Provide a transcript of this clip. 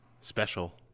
special